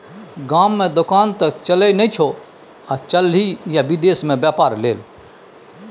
गाममे दोकान त चलय नै छौ आ चललही ये विदेश मे बेपार लेल